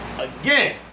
Again